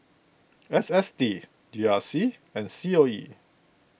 S S T G R C and C O E